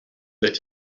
that